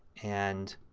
and